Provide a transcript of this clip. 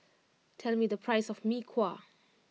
tell me the price of Mee Kuah